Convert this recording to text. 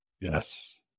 yes